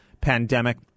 pandemic